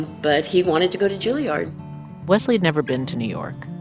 but he wanted to go to julliard wesley had never been to new york.